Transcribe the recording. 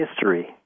history